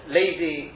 lazy